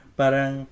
parang